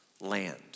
land